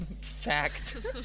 fact